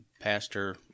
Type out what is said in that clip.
pastor